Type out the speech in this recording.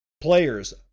Players